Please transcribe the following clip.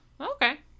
Okay